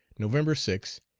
november six,